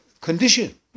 condition